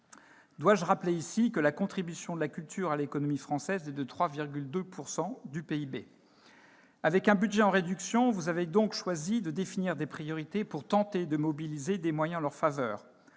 Dois-je rappeler que la contribution de la culture à l'économie française représente 3,2 % du PIB ? Avec un budget en réduction, vous avez donc choisi de définir des priorités pour tenter de mobiliser des moyens en leur faveur.